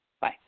Bye